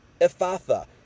Ephatha